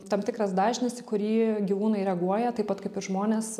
tam tikras dažnis į kurį gyvūnai reaguoja taip pat kaip ir žmonės